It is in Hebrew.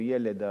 או ילד,